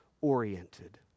oriented